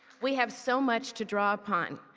we have so much to draw upon.